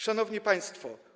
Szanowni Państwo!